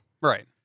Right